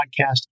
podcast